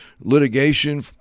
litigation